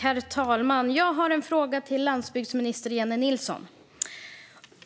Herr talman! Jag har en fråga till landsbygdsminister Jennie Nilsson.